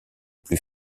plus